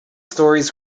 stories